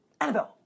Annabelle